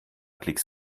klicks